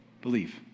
believe